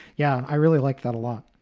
yeah, i really like that a lot